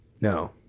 No